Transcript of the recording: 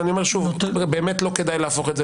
אבל אני אומר שוב שבאמת לא כדאי להפוך את זה